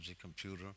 computer